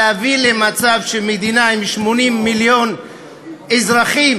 להביא למצב שמדינה עם 80 מיליון אזרחים